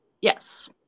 Yes